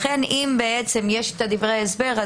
לכן אם בעצם יש את דברי ההסבר,